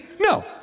No